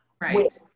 Right